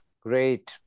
great